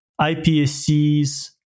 iPSCs